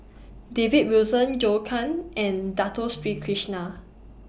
David Wilson Zhou Can and Dato Sri Krishna